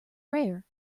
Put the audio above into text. rare